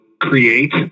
create